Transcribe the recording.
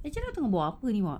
I cakap tengah buat apa ni awak